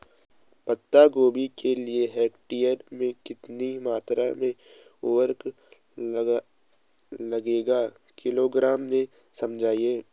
पत्ता गोभी के लिए एक हेक्टेयर में कितनी मात्रा में उर्वरक लगेगा किलोग्राम में समझाइए?